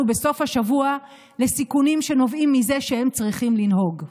בסוף השבוע לסיכונים שנובעים מזה שהם צריכים לנהוג.